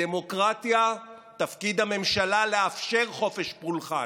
בדמוקרטיה תפקיד הממשלה לאפשר חופש פולחן,